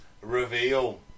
reveal